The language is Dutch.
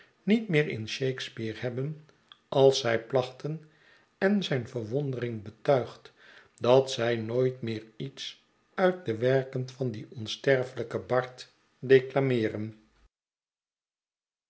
niet meer in shakespeare hebben als zij plachten en zijn verwondering betuigt dat zij nooit meer iets uit de werken van dien onsterfelijken bard